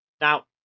Now